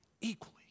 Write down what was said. Equally